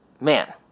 Man